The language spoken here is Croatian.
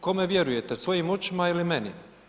Kome vjerujete, svojim očima ili meni?